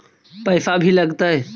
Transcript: पैसा भी लगतय?